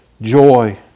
joy